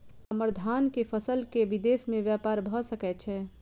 हम्मर धान केँ फसल केँ विदेश मे ब्यपार भऽ सकै छै?